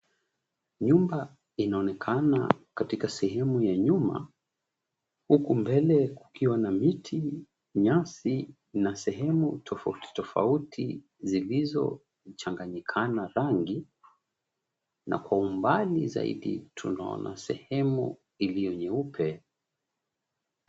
Nyumba inaonekana katika sehemu ya nyuma, huku mbele kukiwa na miti, nyasi na sehemu tofauti tofauti zilizozonganyikana rangi, na kwa umbali tunaona sehemu iliyo nyeupe.